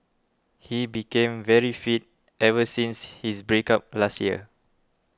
he became very fit ever since his break up last year